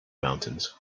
mountains